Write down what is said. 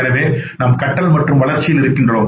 எனவே நாம் கற்றல் மற்றும் வளர்ச்சியில் இருக்கிறோம்